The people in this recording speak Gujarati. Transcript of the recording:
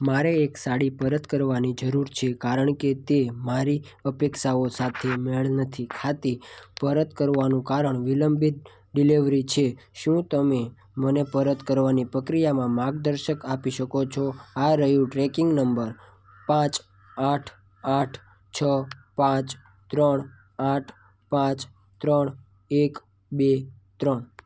મારે એક સાડી પરત કરવાની જરૂર છે કારણ કે તે મારી અપેક્ષાઓ મેળ નથી ખાતી પરત કરવાનું કારણ વિલંબિત ડિલેવરી છે શું તમે મને પરત કરવાની પ્રક્રિયામાં માર્ગદર્શક આપી શકો છો આ રહ્યો ટ્રેકિંગ નંબર પાંચ આઠ આઠ છ પાંચ ત્રણ આઠ પાંચ ત્રણ એક બે ત્રણ